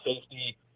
safety